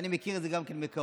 ואני מכיר את זה גם כן מקרוב,